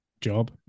job